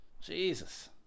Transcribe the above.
Jesus